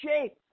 shape